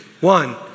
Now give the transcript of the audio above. one